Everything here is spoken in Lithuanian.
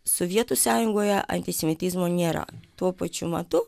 sovietų sąjungoje antisemitizmo nėra tuo pačiu metu